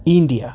India